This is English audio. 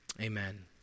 Amen